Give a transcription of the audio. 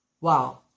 Wow